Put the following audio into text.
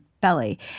belly